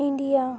India